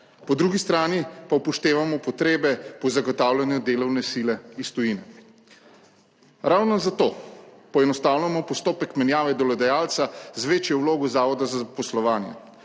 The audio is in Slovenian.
po drugi strani pa upoštevamo potrebe po zagotavljanju delovne sile iz tujine. Ravno zato poenostavljamo postopek menjave delodajalca, z večjo vlogo Zavoda za zaposlovanje,